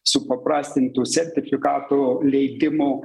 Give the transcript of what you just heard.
supaprastintų sertifikatų leidimų